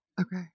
Okay